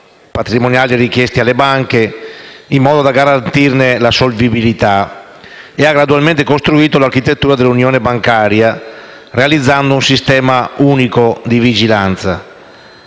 patrimoniali richiesti alle banche in modo da garantirne la solvibilità e ha gradualmente costruito l'architettura dell'unione bancaria, realizzando un sistema unico di vigilanza.